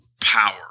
power